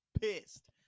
Pissed